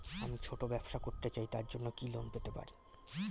আমি ছোট ব্যবসা করতে চাই তার জন্য কি লোন পেতে পারি?